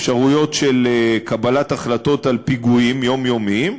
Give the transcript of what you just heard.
אפשרויות של קבלת החלטות על פיגועים יומיומיים,